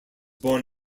born